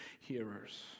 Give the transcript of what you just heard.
hearers